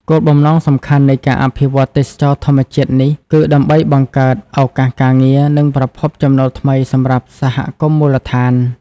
គោលបំណងសំខាន់នៃការអភិវឌ្ឍទេសចរណ៍ធម្មជាតិនេះគឺ ដើម្បីបង្កើតឱកាសការងារ និងប្រភពចំណូលថ្មីសម្រាប់សហគមន៍មូលដ្ឋាន។